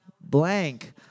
Blank